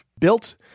built